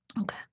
okay